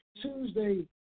Tuesday